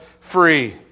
free